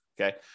Okay